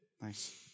Nice